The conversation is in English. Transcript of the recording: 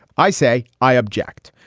i say i object.